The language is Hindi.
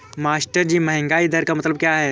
मास्टरजी महंगाई दर का मतलब क्या है?